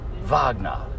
Wagner